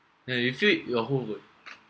no you feel your whole would